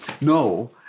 no